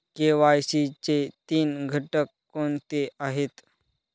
KYC चे तीन घटक कोणते आहेत?